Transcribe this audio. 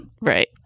Right